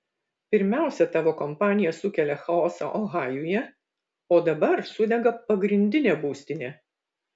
pirmiausia tavo kompanija sukelia chaosą ohajuje o dabar sudega pagrindinė būstinė